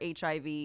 hiv